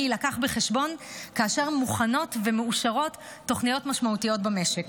יילקח בחשבון כאשר מוכנות ומאושרות תוכניות משמעותיות במשק.